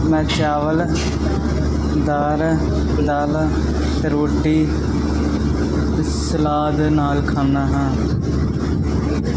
ਮੈਂ ਚਾਵਲ ਦਾਲ ਦਾਲ ਅਤੇ ਰੋਟੀ ਸਲਾਦ ਨਾਲ ਖਾਂਦਾ ਹਾਂ